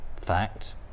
fact